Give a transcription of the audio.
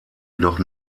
jedoch